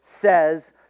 says